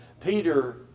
Peter